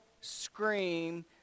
scream